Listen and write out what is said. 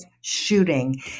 shooting